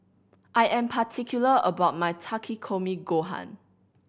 I am particular about my Takikomi Gohan